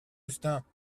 justin